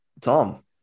Tom